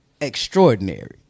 extraordinary